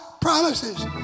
promises